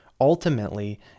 Ultimately